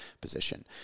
position